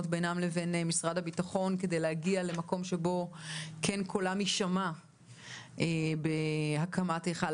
בינם לבין משרד הבטחון כדי להגיע למקום שבו כן קולם יישמע בהקמת היכל